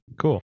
Cool